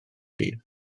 dydd